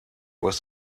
was